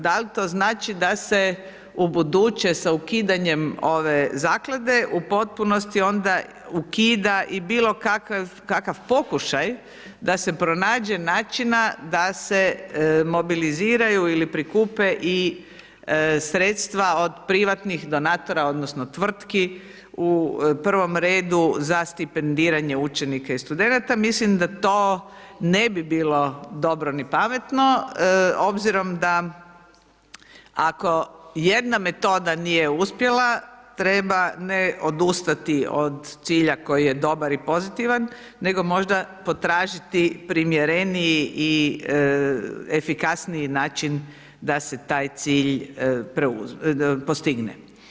Da li to znači da se ubuduće s ukidanjem ove zaklade u potpunosti onda ukida i bilo kakav pokušaj da se pronađe načina da se mobiliziraju ili prikupe sredstva od privatnih donatora odnosno tvrtki, u prvom redu za stipendiranje učenika i studenata, mislim da to, ne bi bilo dobro ni pametno, obzirom da, ako jedna metoda nije uspjela, treba ne odustati od cilja koji je dobar i pozitivan, nego možda potražiti primjereniji i efikasniji način da se taj cilj postigne.